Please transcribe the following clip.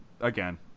again